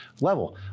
level